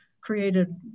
created